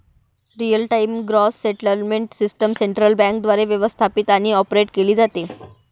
real time gross settlement system central बँकेद्वारे व्यवस्थापित आणि ऑपरेट केली जाते